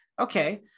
Okay